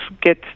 get